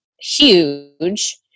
huge